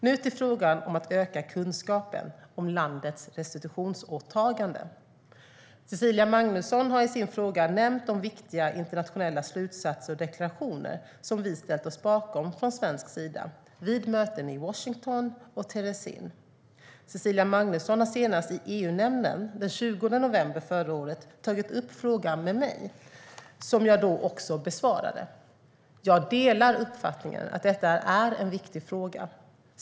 Nu till frågan om att öka kunskapen om landets restitutionsåtaganden. Cecilia Magnusson har i sin fråga nämnt de viktiga internationella slutsatser och deklarationer som vi har ställt oss bakom från svensk sida vid möten i Washington och Terezin. Cecilia Magnusson tog senast i EU-nämnden den 20 november förra året upp frågan med mig, och jag besvarade den också då. Jag delar uppfattningen att detta är en viktig fråga.